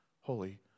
holy